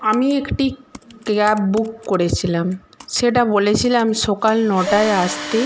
আমি একটি cab book করেছিলাম সেটা বলেছিলাম সকাল নটায় আসতে